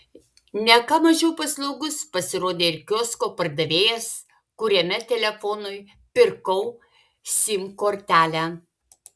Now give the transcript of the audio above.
ne ką mažiau paslaugus pasirodė ir kiosko pardavėjas kuriame telefonui pirkau sim kortelę